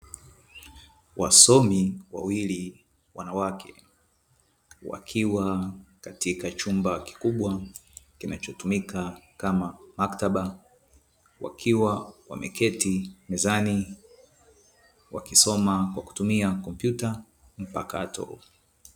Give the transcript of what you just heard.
Wasomi wawili wanawake, wakiwa katika chumba kikubwa; kinachotumika kama maktaba, wakiwa wameketi mezani, wakisoma kwa kutumia kompyuta mpakato.